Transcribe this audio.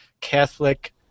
Catholic